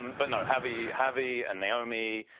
but no, havi havi and naomi,